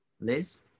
Liz